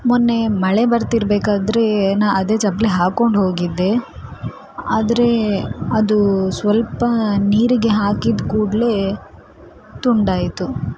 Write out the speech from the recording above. ಮೊನ್ನೆ ಮಳೆ ಬರ್ತಿರ್ಬೇಕಾದ್ರೆ ನಾನು ಅದೇ ಚಪ್ಪಲಿ ಹಾಕ್ಕೊಂಡು ಹೋಗಿದ್ದೆ ಆದರೆ ಅದು ಸ್ವಲ್ಪ ನೀರಿಗೆ ಹಾಕಿದ ಕೂಡಲೇ ತುಂಡಾಯಿತು